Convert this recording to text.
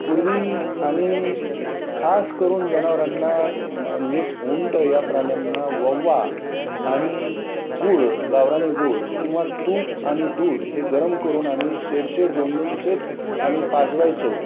पूर्वी आम्ही खास करून जनावरांना म्हणजेच उंट या प्राण्यांना वव्वा आणि गुळ गावरानी गुळ किंवा तूप आणि दूध हे गरम करून आम्ही शेर शेर दोन दोन शेर आम्ही पाजवायचो